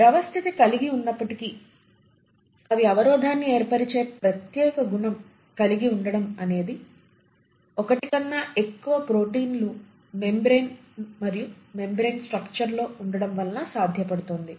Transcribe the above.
ద్రవ స్థితి కలిగినప్పటికీ అవి అవరోధాన్ని ఏర్పరిచే ప్రత్యేక గుణం కలిగి ఉండడం అనేది ఒకటి కన్నా ఎక్కువ ప్రోటీన్లు మెంబ్రేన్ మరియు మెంబ్రేన్ స్ట్రక్చర్ లో ఉండడం వలన సాధ్యపడుతోంది